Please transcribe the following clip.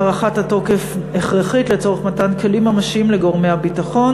הארכת התוקף הכרחית לצורך מתן כלים ממשיים לגורמי הביטחון,